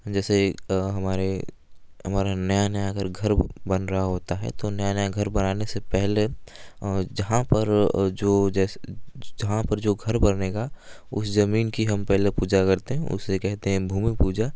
जैसे हमारे हमारा नया नया अगर घर बन रहा होता है तो नया नया घर बनाने से पहले जहाँ पर जो जहाँ पर जो घर बरनेगा उस जमीन की हम पहले पूजा करते हैं उसे कहते हैं भूमि पूजा